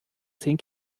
zehn